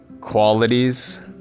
qualities